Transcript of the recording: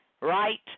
Right